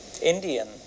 Indian